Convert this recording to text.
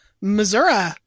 missouri